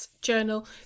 journal